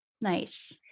Nice